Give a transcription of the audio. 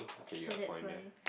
so that's why